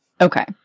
Okay